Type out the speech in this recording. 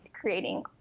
creating